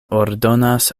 ordonas